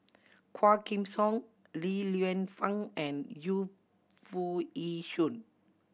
Quah Kim Song Li Lienfung and Yu Foo Yee Shoon